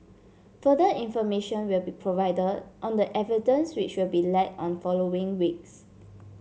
further information will be provided on the evidence which will be led on following weeks